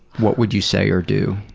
what would you say or do?